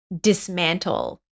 dismantle